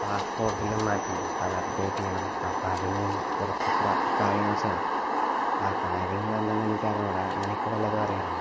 പാസ്പോര്ട്ടിലും മാറ്റേണ്ടേ അപ്പോൾ അത് അപ്ഡേറ്റ് ചെയ്യണം അപ്പോൾ അതിന് കുറച്ച് പ്രാ കാര്യങ്ങള് ചെയ്യണം അപ്പം ആ ആ കാര്യങ്ങൾ എന്താണെന്ന് എനിക്ക് അറിഞ്ഞുകൂടാ നിനക്ക് വല്ലതും അറിയാമോ